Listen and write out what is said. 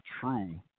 true